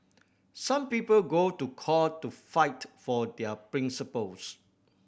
some people go to court to fight for their principles